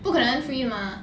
不可能 free 的 mah